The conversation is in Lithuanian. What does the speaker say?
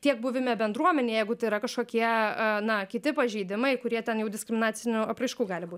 tiek buvime bendruomenėje jeigu tai yra kažkokie na kiti pažeidimai kurie ten jau diskriminacinių apraiškų gali būt